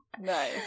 Nice